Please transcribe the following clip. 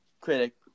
critic